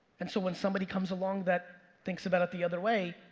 and so when somebody comes a long that thinks about it the other way,